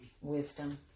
Wisdom